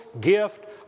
gift